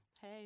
Hey